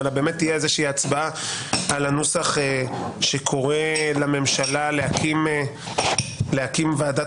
אלא באמת תהיה הצבעה על הנוסח שקורא לממשלה להקים ועדת